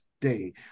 day